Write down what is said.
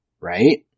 right